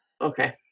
okay